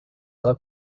ela